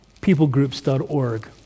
peoplegroups.org